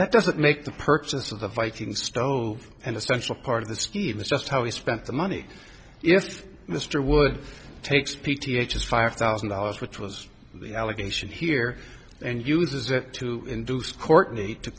that doesn't make the purchase of the viking stove and essential part of the scheme that's just how he spent the money yet mr wood takes p t a just five thousand dollars which was the allegation here and uses it to induce courtney to